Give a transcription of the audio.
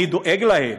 אני דואג להם,